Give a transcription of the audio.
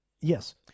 Yes